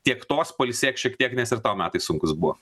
tiek tos pailsėk šiek tiek nes ir tau metai sunkūs buvo